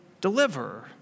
deliver